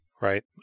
Right